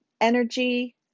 energy